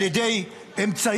על ידי אמצעים,